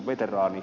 miksi